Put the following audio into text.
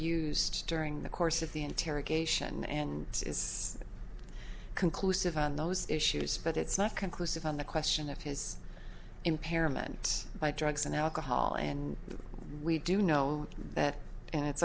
used during the course of the interrogation and it's conclusive on those issues but it's not conclusive on the question of his impairment by drugs and alcohol and we do know that and it's